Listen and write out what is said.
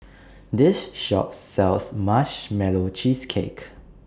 This Shop sells Marshmallow Cheesecake